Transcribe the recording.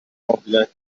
mobile